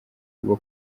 bwo